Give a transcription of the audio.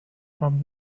from